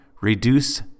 Reduce